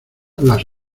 las